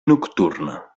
nocturna